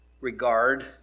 regard